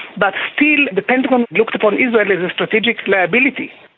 but still the pentagon looked upon israel as a strategic liability.